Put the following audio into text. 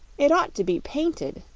it ought to be painted,